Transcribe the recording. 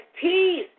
peace